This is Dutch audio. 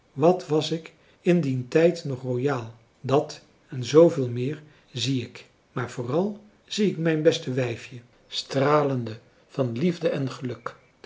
wat was ik in dien tijd nog royaal dat en zooveel meer zie ik maar vooral zie ik mijn beste wijfje stralende van liefde en geluk